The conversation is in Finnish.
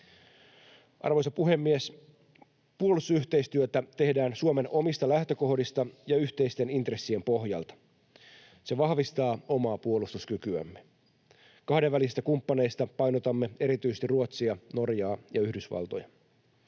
Arvoisa puhemies! Puolustusyhteistyötä tehdään Suomen omista lähtökohdista ja yhteisten intressien pohjalta. Se vahvistaa omaa puolustuskykyämme. Kahdenvälisistä kumppaneista painotamme erityisesti Ruotsia, Norjaa ja Yhdysvaltoja.